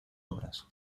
obras